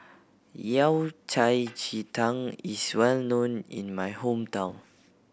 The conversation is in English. Yao Cai ji tang is well known in my hometown